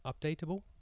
updatable